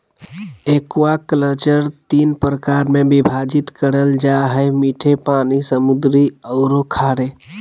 aquaculture तीन प्रकार में विभाजित करल जा हइ मीठे पानी, समुद्री औरो खारे